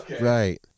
Right